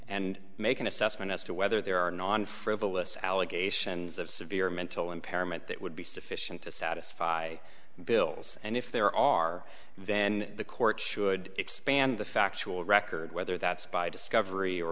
and make an assessment as to whether there are non frivolous allegations of severe mental impairment that would be sufficient to satisfy bills and if there are then the court should expand the factual record whether that's by discovery or